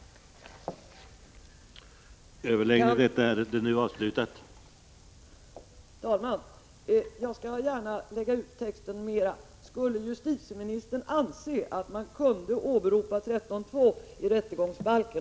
Anser justitieministern att man kunde åberopa 13:2 i rättegångsbalken?